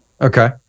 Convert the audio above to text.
Okay